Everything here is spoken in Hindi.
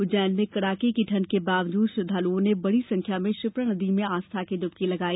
उज्जैन में कड़ाके की ठंड के बावजूद श्रद्धालुओं ने बड़ी संख्या में क्षिप्रा नदी में डुबकी लगाई